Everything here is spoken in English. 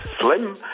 slim